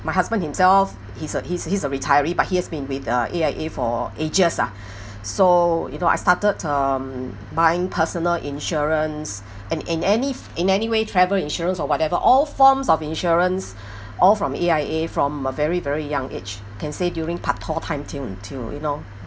my husband himself he's a he's he's a retiree but he has been with uh A_I_A for ages ah so you know I started um buying personal insurance and in any in any way travel insurance or whatever all forms of insurance all from A_I_A from a very very young age can say during pak toh time till mm till you know